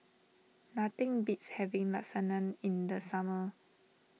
nothing beats having Lasagne in the summer